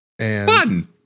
Fun